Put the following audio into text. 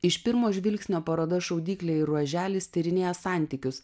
iš pirmo žvilgsnio paroda šaudyklė ir ruoželis tyrinėja santykius